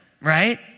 right